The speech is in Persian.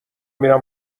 میرم